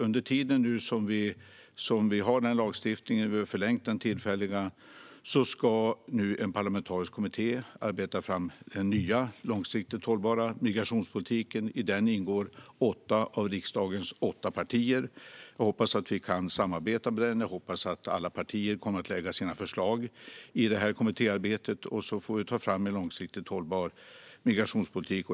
Under tiden som vi har lagstiftningen, och vi har förlängt den tillfälliga, ska en parlamentarisk kommitté arbeta fram den nya, långsiktigt hållbara migrationspolitiken. I den ingår åtta av riksdagens åtta partier. Jag hoppas att vi kan samarbeta i den. Jag hoppas att alla partier kommer att lägga fram sina förslag i kommittéarbetet, och så får vi ta fram en långsiktigt hållbar migrationspolitik.